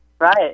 Right